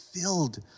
filled